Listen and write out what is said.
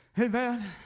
Amen